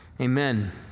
amen